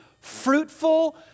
fruitful